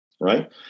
right